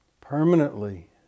Permanently